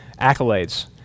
accolades